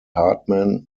hartman